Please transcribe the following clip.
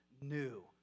new